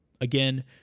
Again